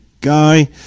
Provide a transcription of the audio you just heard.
guy